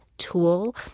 tool